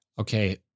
Okay